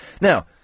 Now